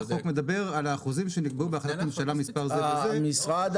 החוק מדבר על האחוזים שנקבעו בהחלטת ממשלה מספר זה וזה --- משרד